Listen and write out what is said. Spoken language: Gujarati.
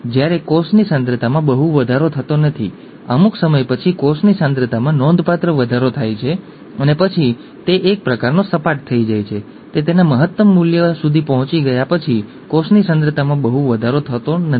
જ્યારે વારસો સમજવામાં આવ્યો ન હતો ત્યારે એક સદી પહેલાની હોઈ શકે છે પાત્રોનો વારસો અલબત્ત હંમેશાં લોકોમાં સારી અપીલ કરે છે